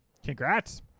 Congrats